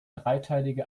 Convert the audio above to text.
dreiteilige